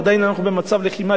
עדיין אנחנו במצב לחימה,